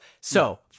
So-